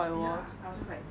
ya I was just like